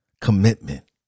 commitment